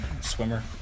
Swimmer